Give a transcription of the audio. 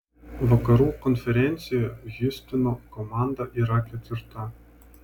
vakarų konferencijoje hjustono komanda yra ketvirta